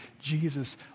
Jesus